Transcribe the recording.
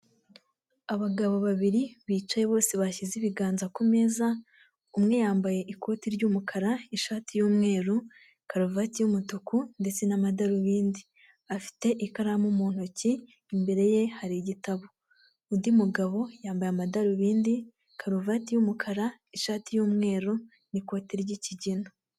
Abagabo babiri bicaye bose bashyize ibiganza kumeza umwe yambaye ikoti ry'umukara ishati yumweru karuvati, y'umutuku, ndetse n'amadarubindi afite ikaramu mu ntoki imbere ye hari igitabo undi mugabo yambaye amadarubindi karuvati y' umukara ishati yumweru n'ikote ry'ikigina.